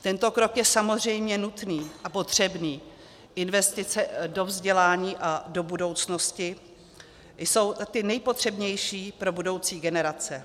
Tento krok je samozřejmě nutný a potřebný, investice do vzdělání a do budoucnosti jsou ty nejpotřebnější pro budoucí generace.